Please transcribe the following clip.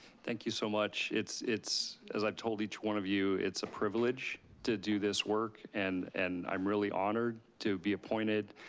thank you so much. it's, as i told each one of you, it's a privilege to do this work, and and i'm really honored to be appointed,